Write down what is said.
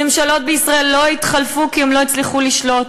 ממשלות בישראל לא התחלפו כי הן לא הצליחו לשלוט.